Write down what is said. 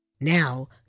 Now